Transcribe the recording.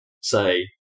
say